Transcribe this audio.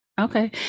Okay